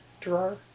drawer